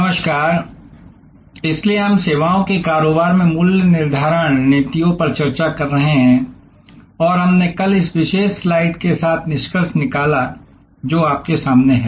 नमस्कार इसलिए हम सेवाओं के कारोबार में मूल्य निर्धारण रणनीतियों पर चर्चा कर रहे हैं और हमने कल इस विशेष स्लाइड के साथ निष्कर्ष निकाला जो आपके सामने है